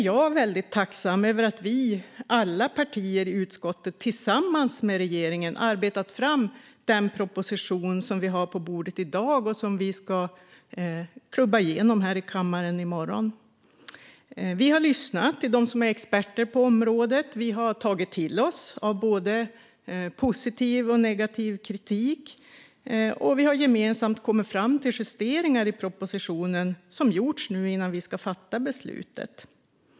Jag är väldigt tacksam över att alla partier i utskottet tillsammans med regeringen har arbetat fram den proposition vi har på bordet i dag och som vi ska klubba igenom i kammaren i morgon. Vi har lyssnat till dem som är experter på området, tagit till oss av såväl positiv som negativ kritik och gemensamt kommit fram till de justeringar i propositionen som gjorts innan vi ska fatta beslut.